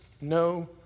no